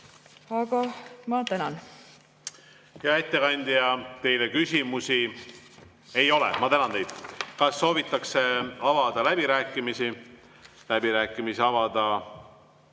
Ma tänan. Hea ettekandja, teile küsimusi ei ole. Ma tänan teid. Kas soovitakse avada läbirääkimisi? Läbirääkimisi avada